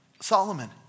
Solomon